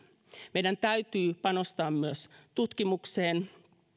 meidän täytyy panostaa myös tutkimukseen